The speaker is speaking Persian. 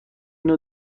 نوع